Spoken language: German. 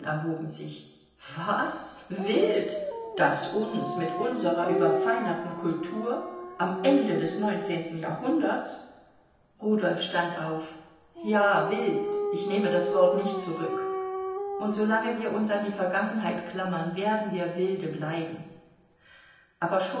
erhoben sich was wild das uns mit unserer überfeinerten kultur am ende des neunzehnten jahrhunderts rudolf stand auf ja wild ich nehme das wort nicht zurück und so lange wir uns an die vergangenheit klammern werden wir wilde bleiben aber